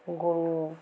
গরু